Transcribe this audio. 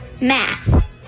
Math